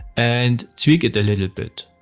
and tweak it a little bit.